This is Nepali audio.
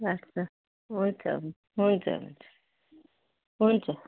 लस् लस् हुन्छ हुन्छ हुन्छ हुन्छ